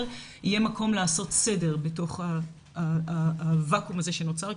יהיה מקום לעשות סדר בתוך הוואקום הזה שנוצר.